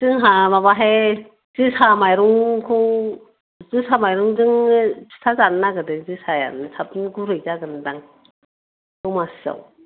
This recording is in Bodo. जोंहा माबाहाय जोसा माइरंखौ जोसा माइरंजों फिथा जानो नागिरदों जोसायानो साबसिन गुरै जागोनदां दमासिआव